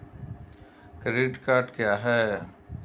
Credit card क्या है?